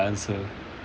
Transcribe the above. I know my answer